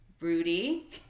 Rudy